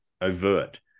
overt